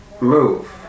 move